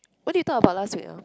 what did you talk about last week ah